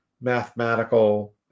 mathematical